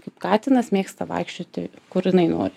kaip katinas mėgsta vaikščioti kur jinai nori